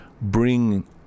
bring